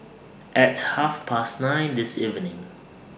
At Half Past nine This evening